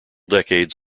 decades